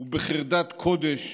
ובחרדת קודש